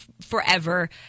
forever